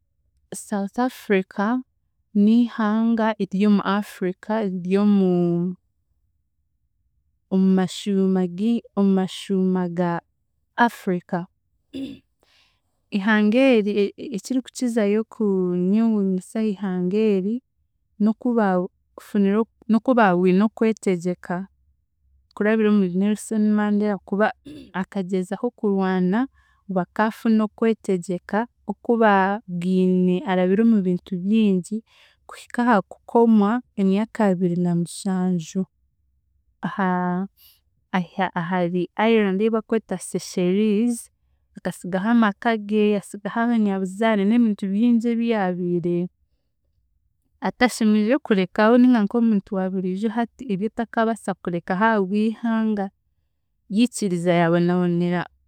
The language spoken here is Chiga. South Africa ni ihanga ary'omu Africa, ery'omu omu mashuuma gi omu mashuuma ga Africa. Ihanga eri ekirikukizayo kunyewuunyisa aha ihanga eri, n'okubafunire n'okubabwine okwetegyeka kurabira omuri nelson Mandera kuba akagyezaho kurwana bakaafuna okwetegyeka oku baabwine arabire omu bintu bingi kuhika aha kukwomwa emyaka abiri na mushanju aha- aha- ahari island ei bakweta Seychelles akasigaho amaka geeye asigaho abanyabuzare n'ebintu bingi ebi yaabiire atashemeriire kurekaho ninga nk'omuntu waaburiijo hati ebi otakaabaasa kurekaho ahabwa ihanga yiikiriza yaabonaabonera